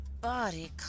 body